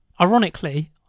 Ironically